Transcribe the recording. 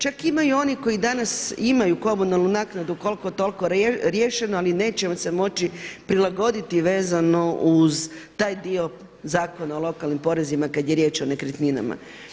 Čak imaju i oni koji danas imaju komunalnu naknadu koliko toliko riješenu ali neće se moći prilagoditi vezano uz taj dio zakona o lokalnim porezima kada je riječ o nekretninama.